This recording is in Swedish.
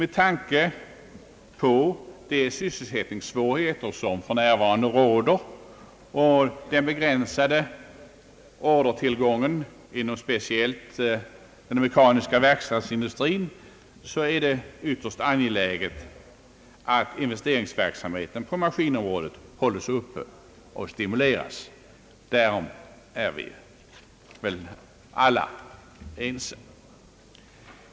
Med tanke på de sysselsättningssvårigheter som för närvarande råder och den begränsade ordertillgången inom speciellt den mekaniska verkstadsindustrin är det ytterst angeläget att investeringsverksamheten på maskinområdet hålls uppe och stimuleras. Därom är vi väl alla ense.